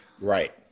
Right